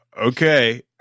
okay